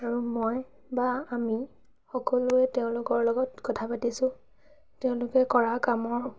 আৰু মই বা আমি সকলোৱে তেওঁলোকৰ লগত কথা পাতিছোঁ তেওঁলোকে কৰা কামৰ